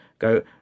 Go